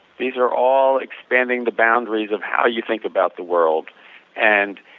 these are all expanding the boundaries of how you think about the world and